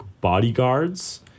bodyguards